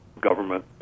government